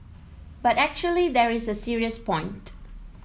but actually there is a serious point